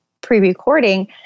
pre-recording